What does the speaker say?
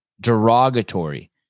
Derogatory